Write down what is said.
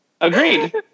Agreed